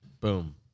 boom